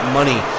money